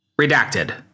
Redacted